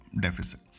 deficit